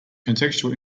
contextual